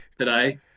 today